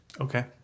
Okay